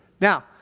Now